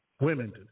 Women